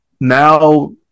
now